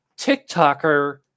TikToker